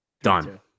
done